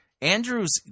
Andrew's